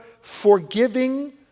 forgiving